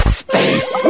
space